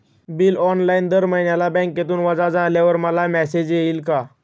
Bill online दर महिन्याला बँकेतून वजा झाल्यावर मला मेसेज येईल का?